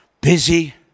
busy